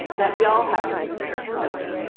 that we all have to consider, really,